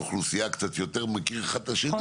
אוכלוסייה וכל אחד קצת מכיר את השני.